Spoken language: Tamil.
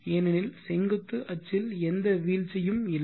ஏனெனில் செங்குத்து அச்சில் எந்த வீழ்ச்சியும் இல்லை